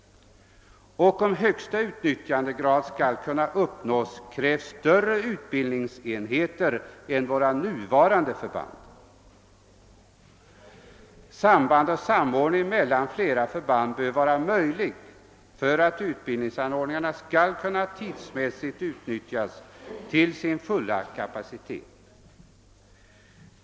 Om högsta utnyttjandegrad skall kunna uppnås krävs större utbildningsenheter än vad våra nuvarande förband utgör. Samband och samordning mellan flera förband bör vara möjlig för att utbildningsanordningarna tidsmässigt skall kunna utnyttjas till sin fulla kapacitet.